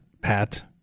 Pat